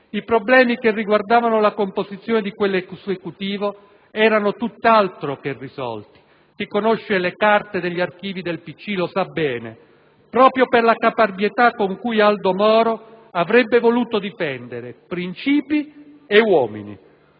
i problemi che riguardavano la composizione di quell'Esecutivo erano tutt'altro che risolti (e chi conosce le carte degli archivi del PCI lo sa bene), proprio per la caparbietà con cui Aldo Moro avrebbe voluto difendere princìpi e uomini.